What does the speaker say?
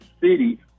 city